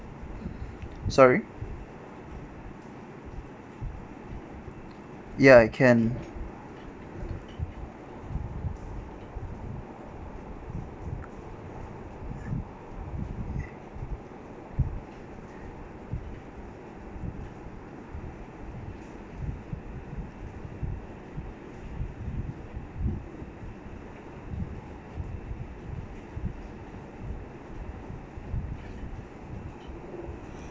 sorry ya I can